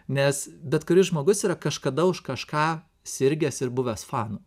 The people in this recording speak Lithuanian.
nes bet kuris žmogus yra kažkada už kažką sirgęs ir buvęs fanu